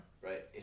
right